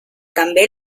també